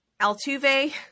Altuve